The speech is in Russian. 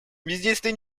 бездействие